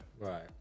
Right